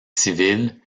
civile